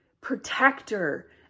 protector